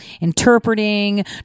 interpreting